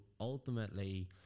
ultimately